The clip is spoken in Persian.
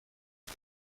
عوض